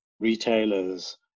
retailers